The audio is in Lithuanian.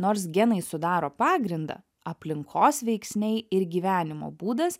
nors genai sudaro pagrindą aplinkos veiksniai ir gyvenimo būdas